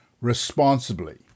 responsibly